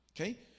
Okay